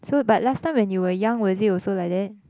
so but last time when you were young was it also like that